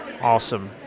Awesome